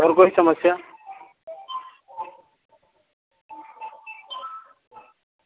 और कोई समस्या